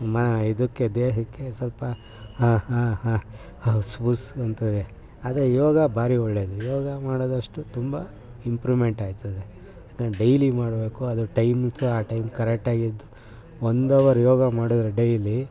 ಮ ಇದಕ್ಕೆ ದೇಹಕ್ಕೆ ಸ್ವಲ್ಪ ಹ ಹ ಹ ಹಸ್ ಬುಸ್ ಅಂತದೆ ಆದರೆ ಯೋಗ ಭಾರೀ ಒಳ್ಳೆಯದು ಯೋಗ ಮಾಡಿದಷ್ಟು ತುಂಬ ಇಂಪ್ರೂಮೆಂಟಾಗ್ತದೆ ಅದನ್ನ ಡೈಲಿ ಮಾಡಬೇಕು ಅದಕ್ಕೆ ಟೈಮ್ ಉಂಟು ಆ ಟೈಮಿಗೆ ಕರೆಕ್ಟಾಗೆದ್ದು ಒಂದು ಅವರು ಯೋಗ ಮಾಡಿದರೆ ಡೈಲಿ